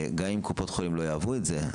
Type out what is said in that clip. גם אם קופות החולים לא אוהבות את זה.